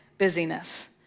busyness